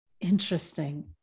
Interesting